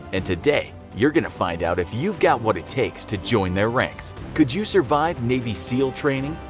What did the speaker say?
and today you're going to find out if you've got what it takes to join their ranks. could you survive navy seal training?